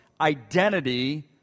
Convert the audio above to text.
identity